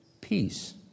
peace